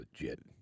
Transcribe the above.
legit